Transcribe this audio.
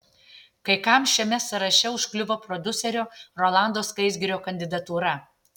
kai kam šiame sąraše užkliuvo prodiuserio rolando skaisgirio kandidatūra